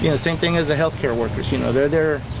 you know same thing is the health care workers, you know they're there.